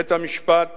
בית-המשפט